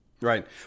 Right